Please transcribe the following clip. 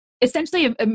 essentially